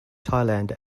thailand